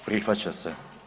Prihvaća se.